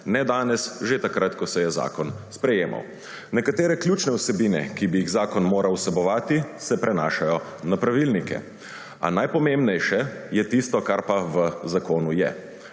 Ne danes, že takrat, ko se je zakon sprejemal. Nekatere ključne vsebine, ki bi jih zakon moral vsebovati, se prenašajo na pravilnike. A najpomembnejše pa je tisto, kar pa v zakonu je.